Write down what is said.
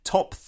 Top